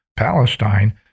Palestine